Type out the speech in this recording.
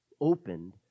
opened